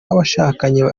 abashakanye